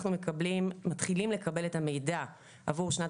אנחנו מתחילים לקבל את המידע עבור שנת